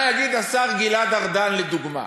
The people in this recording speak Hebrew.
מה יגיד השר גלעד ארדן, לדוגמה?